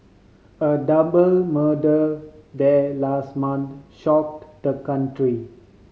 a double murder there last month shocked the country